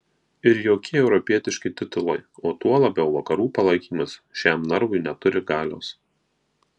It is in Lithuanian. ir jokie europietiški titulai o tuo labiau vakarų palaikymas šiam narvui neturi galios